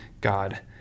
God